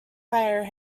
fire